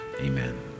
amen